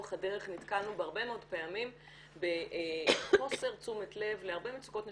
לאורך הדרך נתקלנו הרבה מאוד פעמים בחוסר תשומת לב להרבה מצוקות נשים.